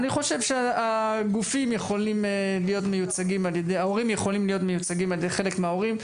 אני חושב שההורים יכולים להיות מיוצגים על-ידי חלק מההורים.